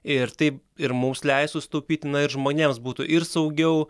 ir tai ir mums leistų sutaupyti na ir žmonėms būtų ir saugiau